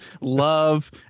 love